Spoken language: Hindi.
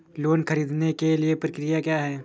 लोन ख़रीदने के लिए प्रक्रिया क्या है?